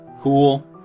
Cool